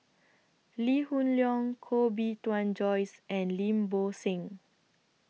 Lee Hoon Leong Koh Bee Tuan Joyce and Lim Bo Seng